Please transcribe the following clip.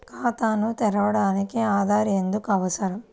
ఖాతాను తెరవడానికి ఆధార్ ఎందుకు అవసరం?